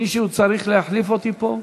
מישהו צריך להחליף אותי פה.